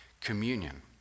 communion